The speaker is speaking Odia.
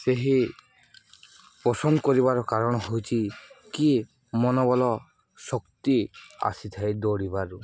ସେହି ପସନ୍ଦ କରିବାର କାରଣ ହେଉଛି କିଏ ମନୋବଳ ଶକ୍ତି ଆସିଥାଏ ଦୌଡ଼ିବାରୁ